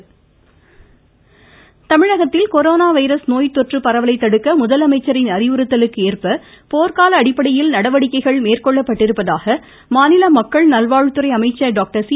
மமமமமமம விஜயபாஸ்கர் தமிழகத்தில் corona virus நோய் தொற்று பரவலை தடுக்க முதலமைச்சரின் அறிவுறுத்தவுக்கு ஏற்ப போர்க்கால அடிப்படையில் நடவடிக்கைகள் மேற்கொள்ளப்பட்டிருப்பதாக மாநில் மக்கள் நல்வாழ்வத்துறை அமைச்சர் டாக்டர் சி